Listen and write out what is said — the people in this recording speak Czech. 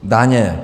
Daně.